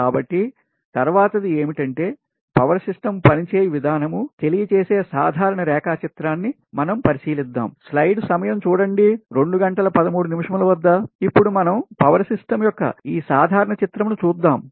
కాబట్టి తర్వాత ది ఏమిటంటే పవర్ సిస్టం పని చేయు విధానం తెలియజేసే సాధారణ రేఖాచిత్రాన్ని మనము పరిశీలిద్దాం ఇప్పుడు మనం పవర్ సిస్టమ్ యొక్క ఈ సాధారణ చిత్రము ను చూద్దాము